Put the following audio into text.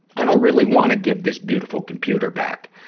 i don't really wanna give this beautiful computer back,